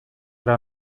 ара